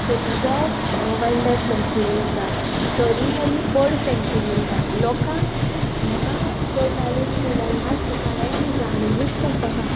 Cotigao wildlife sanctuary आसा Salim Ali bird sanctuary आसा लोकांक ह्या गजालींची वा ह्या ठिकाण्यांची जाणीवच आसना